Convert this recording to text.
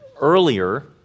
earlier